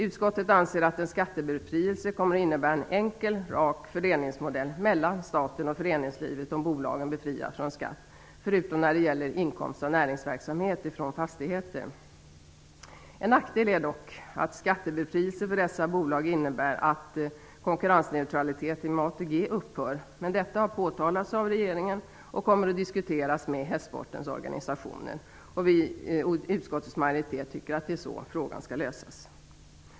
Utskottet anser att en skattebefrielse kommer att innebära en enkel och rak fördelningsmodell mellan staten och föreningslivet om bolagen befrias från skatt, förutom när det gäller inkomst av näringsverksamhet som hänför sig till fastigheter. En nackdel är dock att en skattebefrielse för dessa bolag innebär att konkurrensneutraliteten i förhållande till ATG upphör. Men detta har påtalats av regeringen och kommer att diskuteras med hästsportens organisationer. Vi i utskottets majoritet tycker att det är så frågan skall lösas.